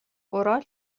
اورال